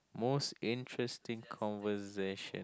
most interesting conversation